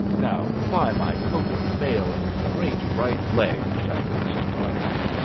now, by my coat of mail and great right leg! shouted sir godfrey.